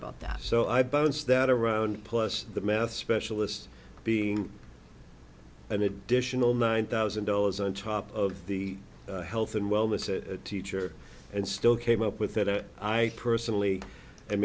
about that so i bounce that around plus the math specialist being an additional nine thousand dollars on top of the health and wellness a teacher and still came up with that i personally